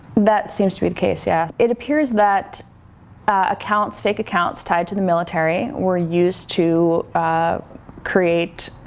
that seems to be the case, yeah. it appears that accounts, fake accounts, tied to the military were used to ah create,